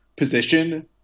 position